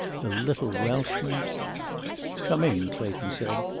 the little welshman come in, clayton said,